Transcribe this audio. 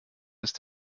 ist